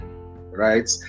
right